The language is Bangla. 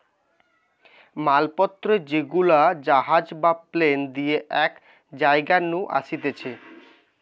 মাল পত্র যেগুলা জাহাজ বা প্লেন দিয়ে এক জায়গা নু আসতিছে